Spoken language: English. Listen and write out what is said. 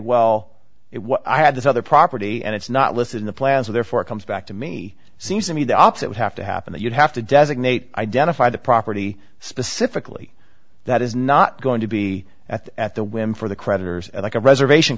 well it was i had this other property and it's not listed in the plaza therefore it comes back to me seems to me the opposite would have to happen that you'd have to designate identify the property specifically that is not going to be at the at the whim for the creditors and like a reservation